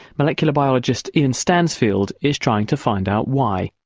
molecular biologist ian stansfield is trying to find out why.